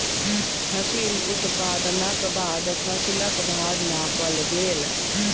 फसिल उत्पादनक बाद फसिलक भार नापल गेल